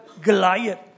Goliath